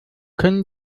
können